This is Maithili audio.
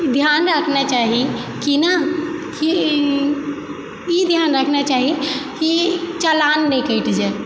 ध्यान रखना चाही कि ने की ई ध्यान रखना चाही कि चलान नहि कटि जाए